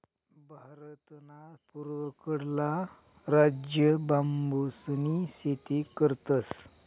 भारतना पूर्वकडला राज्य बांबूसनी शेती करतस